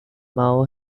mao